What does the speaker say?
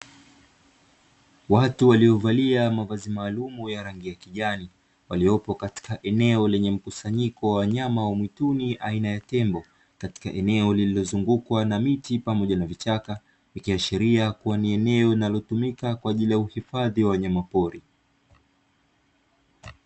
Watu waliovalia mavazi maalumu ya rangi ya kijani, waliopo katika eneo lenye mkusanyiko wa wanyama wa mwituni aina ya tembo, katika eneo lililozungukwa na miti pamoja na vichaka, ikiashiria kuwa ni eneo linalotumika kwa ajili ya uhifadhi wa wanyama pori.